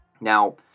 now